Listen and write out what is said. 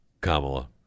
Kamala